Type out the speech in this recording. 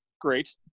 Great